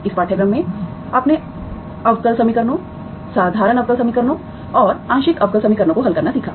इस पाठ्यक्रम में आपने अवकल समीकरणों साधारण अवकल समीकरणों और आंशिक अवकल समीकरणों को हल करना सीखा